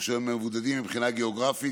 והם מבודדים מבחינה גיאוגרפית,